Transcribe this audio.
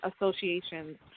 associations